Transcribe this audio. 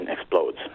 explodes